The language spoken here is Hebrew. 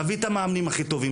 להביא את המאמנים הכי טובים,